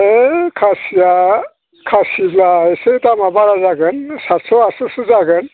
है खासिया खासिब्ला एसे दामा बारा जागोन सातस' आठस'सो जागोन